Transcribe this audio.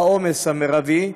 שבו העומס מרבי,